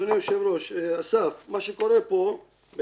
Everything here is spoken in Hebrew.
אדוני היושב-ראש, אסף, מה שקורה פה הוא שב-(ב)